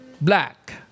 black